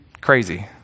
crazy